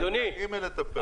הם פשוט נמנעים מלטפל.